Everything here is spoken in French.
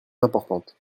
importante